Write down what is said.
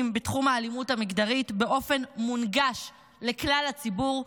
בתחום האלימות המגדרית באופן מונגש לכלל הציבור,